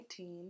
2019